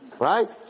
right